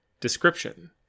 Description